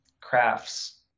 crafts